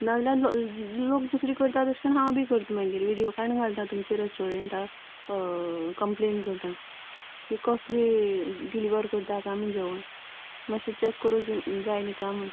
नाजाल्यार लो लोक दुसरें करतात तशें करून हांव बीन करता मागीर विडिओ काडून घालता तुमच्या रेस्टॉरंन्टा कंप्लेन करतां की कसले डिलीवर करता कांय म्हण जेवण मातशें चेक करूंक जाय न्ही कांय म्हूण